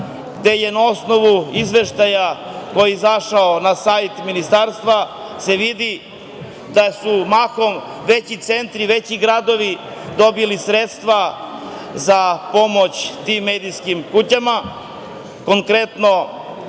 osnovu izveštaja koji je izašao na sajt ministarstva, vidi se da su mahom veći centri, veći gradovi dobili sredstva za pomoć tim medijskim kućama. Konkretno